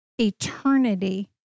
eternity